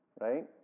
Right